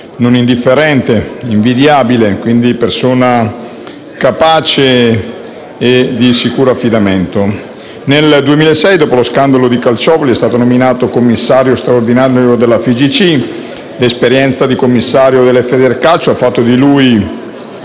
non indifferente, invidiabile, di persona capace e di sicuro affidamento. Nel 2006, dopo lo scandalo di Calciopoli, Guido Rossi è stato nominato commissario straordinario della FIGC. L'esperienza di commissario della Federcalcio ha fatto di lui,